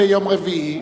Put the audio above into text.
אני ראשון.